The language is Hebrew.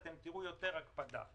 תראו יותר הקפדה.